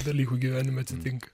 dalykų gyvenime atsitinka